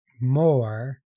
more